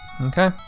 Okay